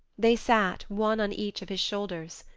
they sat, one on each of his shoulders.